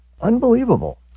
Unbelievable